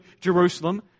Jerusalem